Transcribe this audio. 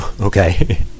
Okay